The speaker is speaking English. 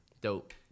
Dope